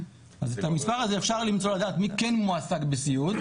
אז אפשר למצוא את המספר הזה של מי כן מועסק בסיעוד,